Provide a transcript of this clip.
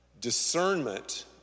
discernment